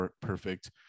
perfect